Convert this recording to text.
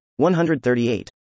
138